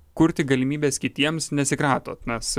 kurti galimybes kitiems neatsikratot mes